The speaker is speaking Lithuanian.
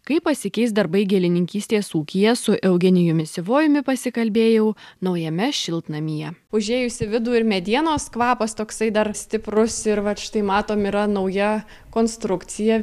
kaip pasikeis darbai gėlininkystės ūkyje su eugenijumi sivojumi pasikalbėjau naujame šiltnamyje užėjus į vidų ir medienos kvapas toksai dar stiprus ir vat štai matom yra nauja konstrukcija